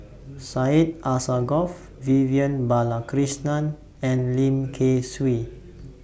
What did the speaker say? Syed Alsagoff Vivian Balakrishnan and Lim Kay Siu